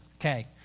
Okay